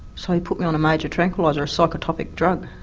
so he put me on a major tranquilliser psychotropic drug.